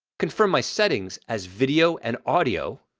confirm my settings as video and audio,